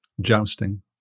Jousting